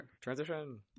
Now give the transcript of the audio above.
Transition